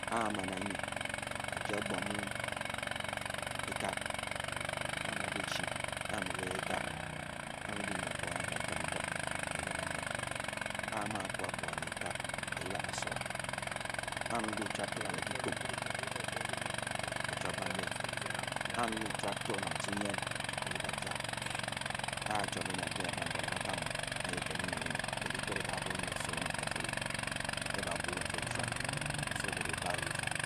A a man anyi a Jia ogba muu ékǎb, a muu a ba-ech, a muu ge ekab. a muu a baa yib akuga anyi a da tib n tib, a-yib a datib, âa-muu ǎa-puo akpugâ nè ekab a-yib a-daa so, â muu a be ba-chuab kambe, aa-muu a be chuab a-chuap énè adri a banjuare ba-kam o, anyi dikpen oned ene bo̱t, ki kpede e ke abuo nyi oso nen tcifere, geh ba a-buu bà fě nshuam, oso nke o-da o bǎa běh fàng